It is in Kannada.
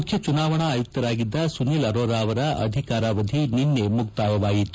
ಮುಖ್ಯ ಚುನಾವಣಾ ಆಯುಕ್ತರಾಗಿದ್ದ ಸುನೀಲ್ ಅರೋರ ಅವರ ಅಧಿಕಾರಾವಧಿ ನಿನ್ನೆ ಮುಕ್ತಾಯವಾಗಿತ್ತು